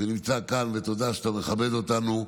ותודה שאתה מכבד אותנו.